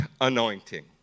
anointing